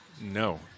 No